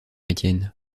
étienne